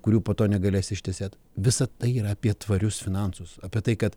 kurių po to negalės ištesėt visa tai yra apie tvarius finansus apie tai kad